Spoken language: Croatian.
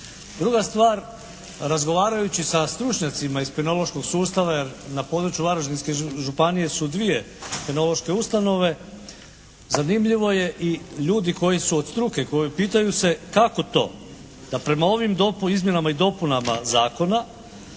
Druga stvar razgovarajući sa stručnjacima iz penološkog sustava jer na području Varaždinske županije su dvije penološke ustanove zanimljivo je i ljudi koji su od struke, koji pitaju se kako to? Pa prema ovim izmjenama i dopunama zakona